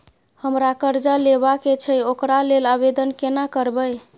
हमरा कर्जा लेबा के छै ओकरा लेल आवेदन केना करबै?